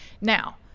Now